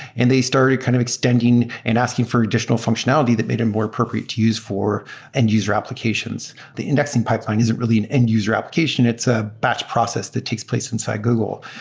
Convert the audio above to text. and they started kind of extending and asking for additional functionality that made them more appropriate to use for end-user applications. the indexing pipeline is really an end-user application. it's a batch process that takes place inside google.